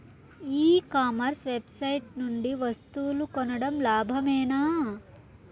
ఈ commerce website నుండి వస్తువులు కొనడం లాభమేనా?